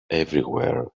everywhere